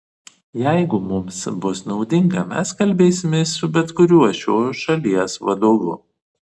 jeigu mums bus naudinga mes kalbėsimės su bet kuriuo šios šalies vadovu